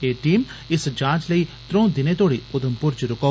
एह टीम इस जांच लेई त्रों दिनें तोड़ी उधमप्र च रुकोग